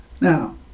Now